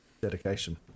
Dedication